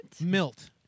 Milt